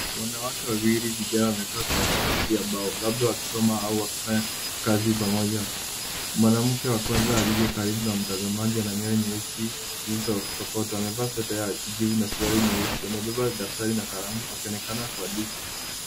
Wanawake wawili vijana wamekaa kwenye sakafu ya mbao labda wakisoma au wakifanya kazi pamoja. Mwanamke wa kwanza aliye karibu na mtazamaji ana nywele nyeusi zilizosokotwa amevaa sweta ya kijivu na suruali nyeusi. Amebeba daftari na kalamu akionekana kuandika.